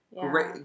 Great